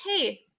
hey